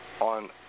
on